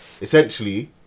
essentially